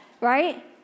Right